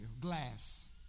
glass